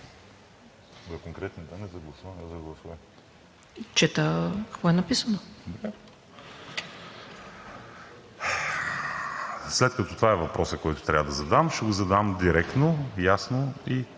След като това е въпросът, който трябва да задам, ще го задам директно, ясно и